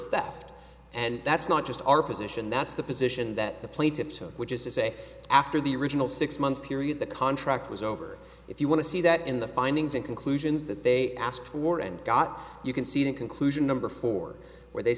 theft and that's not just our position that's the position that the plaintiffs which is to say after the original six month period the contract was over if you want to see that in the findings and conclusions that they asked for and got you can see that conclusion number four where they